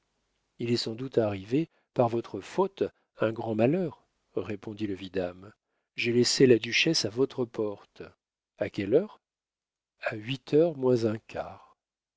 il est sans doute arrivé par votre faute un grand malheur répondit le vidame j'ai laissé la duchesse à votre porte a quelle heure a huit heures moins un quart